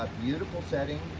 beautiful setting,